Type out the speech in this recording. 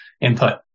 input